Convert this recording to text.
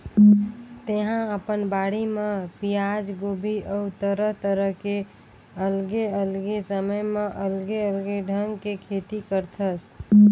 तेहा अपन बाड़ी म पियाज, गोभी अउ तरह तरह के अलगे अलगे समय म अलगे अलगे ढंग के खेती करथस